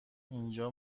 اینجا